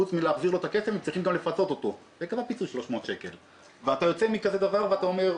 שאין לה כרטיס אשראי,